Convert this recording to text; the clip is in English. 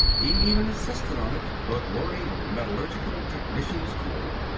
he even insisted on it, for the glory of the metallurgical technicians' corps.